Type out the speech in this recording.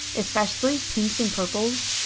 especially pinks and purples,